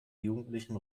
jugendlichen